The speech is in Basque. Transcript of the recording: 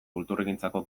kulturgintzako